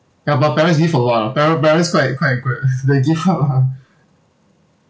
ya but parents give a lot ah pare~ parents quite quite great they give you a